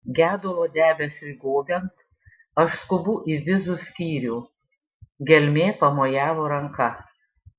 gedulo debesiui gobiant aš skubu į vizų skyrių gelmė pamojavo ranka